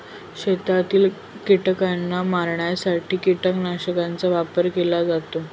शेतातील कीटकांना मारण्यासाठी कीटकनाशकांचा वापर केला जातो